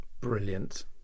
Brilliant